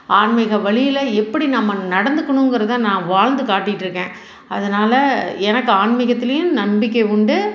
ஆன்மீக வழியில் எப்படி நம்ம நடந்துக்கணுங்கிறத நான் வாழ்ந்து காட்டிட்டு இருக்கேன் அதனால் எனக்கு ஆன்மீகத்திலையும் நம்பிக்கை உண்டு